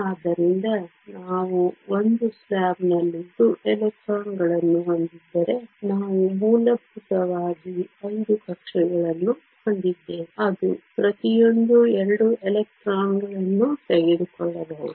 ಆದ್ದರಿಂದ ನಾವು ಒಂದು ಸ್ಲಾಬ್ನಲ್ಲಿ 10 ಎಲೆಕ್ಟ್ರಾನ್ಗಳನ್ನು ಹೊಂದಿದ್ದರೆ ನಾವು ಮೂಲಭೂತವಾಗಿ 5 ಕಕ್ಷೆಗಳನ್ನು ಹೊಂದಿದ್ದೇವೆ ಅದು ಪ್ರತಿಯೊಂದೂ 2 ಎಲೆಕ್ಟ್ರಾನ್ಗಳನ್ನು ತೆಗೆದುಕೊಳ್ಳಬಹುದು